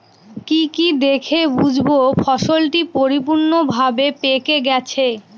কি কি দেখে বুঝব ফসলটি পরিপূর্ণভাবে পেকে গেছে?